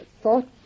thought